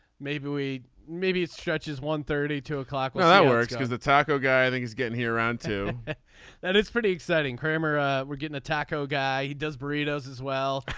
maybe we maybe it stretches one thirty two o'clock. well that works because the taco guy thing is getting him around to that it's pretty exciting. kramer ah we're getting a taco guy. he does burritos as well.